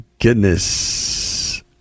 goodness